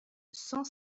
cent